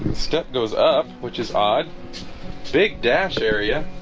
step goes up, which is odd big area